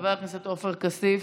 חבר הכנסת עופר כסיף,